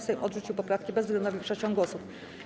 Sejm odrzucił poprawki bezwzględną większością głosów.